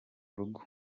rugo